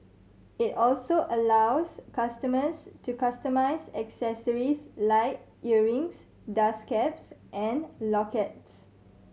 it also allows customers to customise accessories like earrings dust caps and lockets